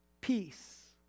peace